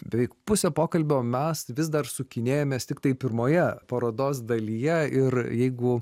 beveik pusę pokalbio mes vis dar sukinėjamės tiktai pirmoje parodos dalyje ir jeigu